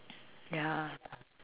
ya